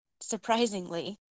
surprisingly